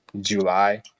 July